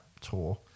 tour